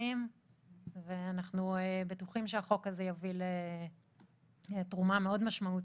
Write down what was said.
השותפים ואנחנו בטוחים שהחוק הזה יביא לתרומה מאוד משמעותית,